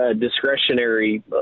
discretionary